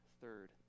third